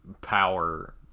power